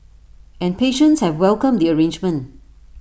and patients have welcomed the arrangement